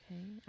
okay